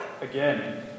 Again